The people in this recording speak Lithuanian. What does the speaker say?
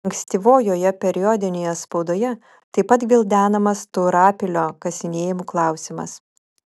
ankstyvojoje periodinėje spaudoje taip pat gvildenamas taurapilio kasinėjimų klausimas